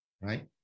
right